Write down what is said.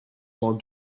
while